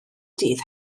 dydd